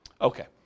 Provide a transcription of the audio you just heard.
Okay